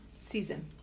season